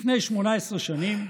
לפני 18 שנים,